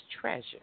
treasure